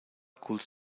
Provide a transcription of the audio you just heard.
culs